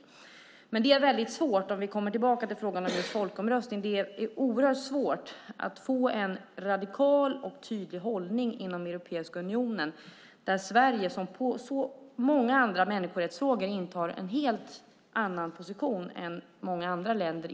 Om vi kommer tillbaka till frågan om folkomröstning är det oerhört svårt att få en radikal och tydlig hållning inom Europeiska unionen, där Sverige som i många andra människorättsfrågor intar en helt annan position än många andra länder.